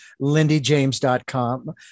lindyjames.com